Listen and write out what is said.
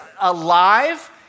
alive